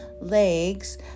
legs